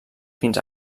fins